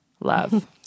Love